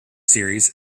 series